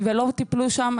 ולא טיפלו שם,